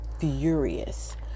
furious